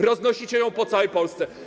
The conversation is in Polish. Roznosicie ją po całej Polsce.